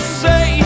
say